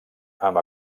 amb